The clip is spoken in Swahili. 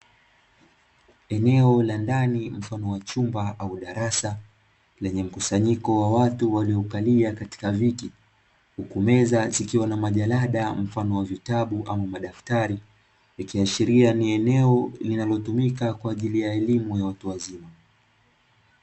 Eneo la ndani mfano wa chumba au darasa lenye mkusanyiko wa watu walio kalia katika viti, huku meza zikiwa na majalada mfano wa vitabu ama ama madaftari ikiashiria ni eneo linalotumika kwa ajili ya elimu ya watu wazima.